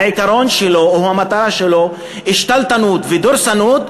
והעיקרון שלו או המטרה שלו היא שתלטנות ודורסנות,